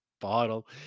bottle